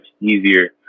easier